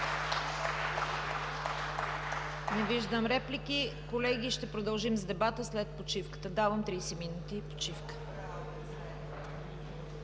Не виждам реплики. Колеги, ще продължим с дебата след почивката. Давам 30 минути почивка.